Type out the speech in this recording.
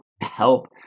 help